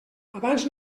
abans